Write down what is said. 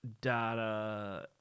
data